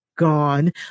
gone